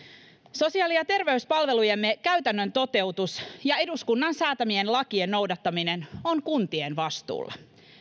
sosiaali ja terveyspalvelujemme käytännön toteutus ja eduskunnan säätämien lakien noudattaminen on kuntien vastuulla